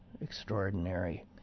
extraordinary